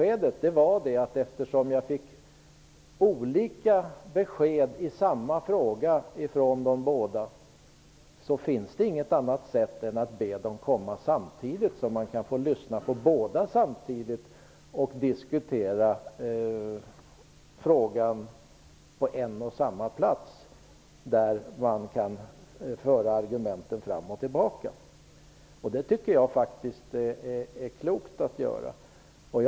Eftersom jag fick olika besked i samma fråga från båda återstod det för mig i slutskedet bara att be bägge komma, så att jag kunde lyssna på båda samtidigt och diskutera frågan på en och samma plats. På det sättet var det möjligt att diskutera argumenten fram och tillbaka. Jag tycker att det är klokt att göra så.